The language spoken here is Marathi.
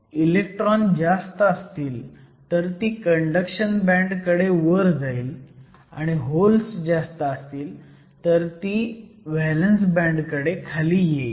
इलेक्ट्रॉन जास्त असतील तर ती कंडक्शन बँड कडे वर जाईल आणि होल्स जास्त असतील तर ती व्हॅलंस बँड कडे खाली येईल